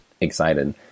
excited